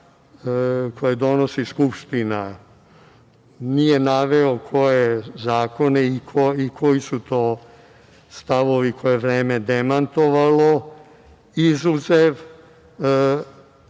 koje donosi Skupština. Nije naveo koje zakone i koji su to stavovi koje je vreme demantovalo izuzev